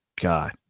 God